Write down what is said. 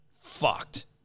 fucked